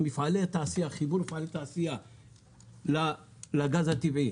חיבור מפעלי התעשייה לגז הטבעי